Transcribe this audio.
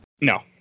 No